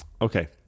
Okay